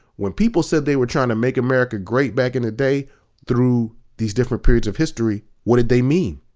when people said they were trying to make america great back in the day through these different periods of history, what did they mean?